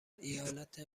ایالت